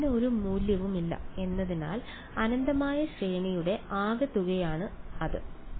അതിന് ഒരു മൂല്യവുമില്ല എന്നതിനാൽ അനന്തമായ ശ്രേണിയുടെ ആകെത്തുകയാണ് അത് ശരിയല്ലേ